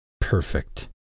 Perfect